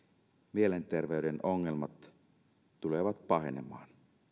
mielenterveyden ongelmat tulevat pahenemaan